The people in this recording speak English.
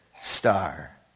star